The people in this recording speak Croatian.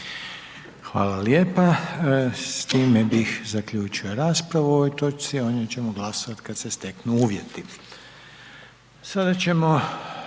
Hvala lijepa. S time bih zaključio raspravu o ovoj točci a o njoj ćemo glasovati kad se steknu uvjeti. **Jandroković,